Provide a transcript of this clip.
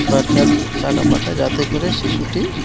সরকার টাকা পাঠায় যাতে করে শিশুটি